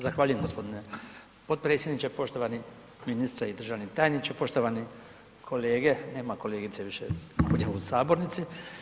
Zahvaljujem g. potpredsjedniče, poštovani ministre i državni tajniče, poštovani kolege, nema kolegice više ovdje u sabornici.